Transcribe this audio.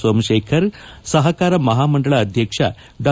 ಸೋಮಶೇಖರ್ ಸಹಕಾರ ಮಹಾಮಂಡಳ ಅಧ್ಯಕ್ಷ ಡಾ